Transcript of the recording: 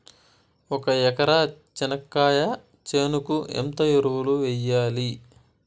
ఒక ఎకరా చెనక్కాయ చేనుకు ఎంత ఎరువులు వెయ్యాలి?